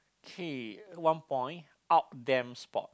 three one point out damn sport